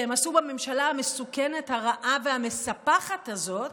שהם עשו בממשלה המסוכנת, הרעה והמספחת הזאת,